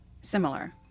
similar